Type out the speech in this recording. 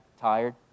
tired